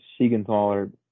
Siegenthaler